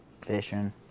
fishing